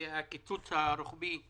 הקיצוץ הרוחבי,